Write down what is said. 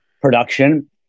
production